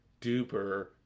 duper